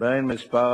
במגזר